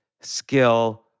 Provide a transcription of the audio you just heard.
skill